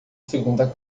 segunda